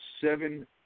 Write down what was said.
seven